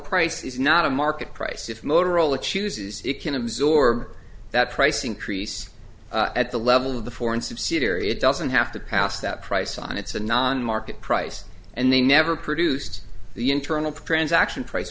price is not a market price if motorola chooses it can absorb that price increase at the level of the foreign subsidiary it doesn't have to pass that price on it's a non market price and they never produced the internal prendes action price